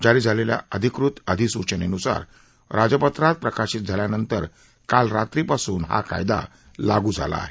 जारी झालेल्या अधिकृत अधिसूचनेनुसार राजपत्रात प्रकाशित झाल्यानंतर काल रात्रीपासून हा कायदा लागू झाला आहे